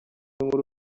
inkuru